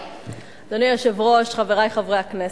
אדוני היושב-ראש, חברי חברי הכנסת,